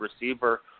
receiver